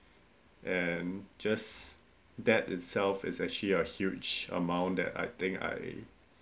and just that itself is actually a huge amount that I think I